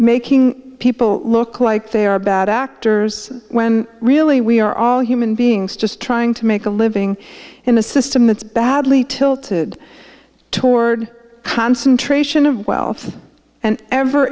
making people look like they are bad actors when really we are all human beings just trying to make a living in a system that's badly tilted toward concentration of wealth and ever